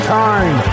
time